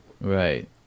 Right